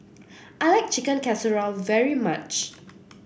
I like Chicken Casserole very much